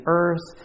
earth